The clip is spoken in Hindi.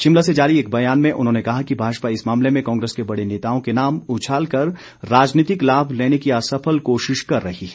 शिमला से जारी एक बयान में उन्होंने कहा कि भाजपा इस मामले में कांग्रेस के बड़े नेताओं के नाम उछाल कर राजनीतिक लाभ लेने की असफल कोशिश कर रही है